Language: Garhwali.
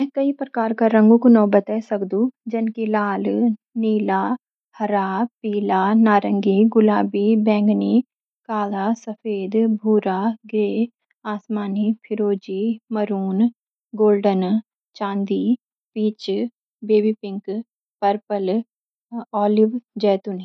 मैं कई प्रकार का रंगों कु नौ बतई सकदू जन की लाल नीला हरा पीला नारंगी गुलाबी बैंगनी काला सफेद भूरा ग्रे (धूसर) आसमानी फ़िरोज़ी मरून गोल्डन (सुनहरी) चांदी (silver) peach baby pink purple olive (जैतूनी)